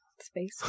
space